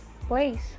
place